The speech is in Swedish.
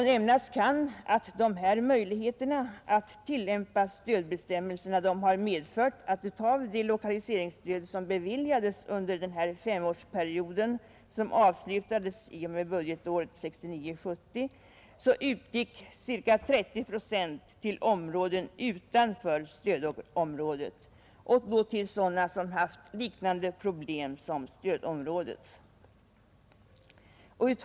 Nämnas kan att dessa möjligheter att tillämpa stödbestämmelserna har medfört att av det lokaliseringsstöd som beviljades under den femårsperiod som avslutades med budgetåret 1969/70 utgick ca 30 procent till områden utanför stödområdet och då till sådana som haft liknande problem som stödområdet.